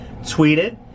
tweeted